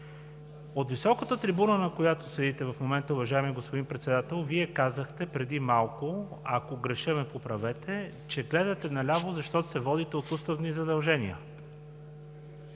От високата трибуна, на която седите в момента, уважаеми господин Председател, Вие казахте преди малко, ако греша ме поправете, че гледате наляво, защото се водите от уставни задължения.